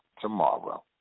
tomorrow